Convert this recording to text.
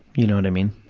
you know what i mean?